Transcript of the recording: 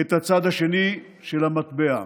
את הצד השני של המטבע.